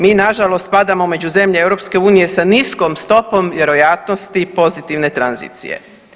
Mi nažalost spadamo među zemlje EU sa niskom stopom vjerojatnosti pozitivne tranzicije.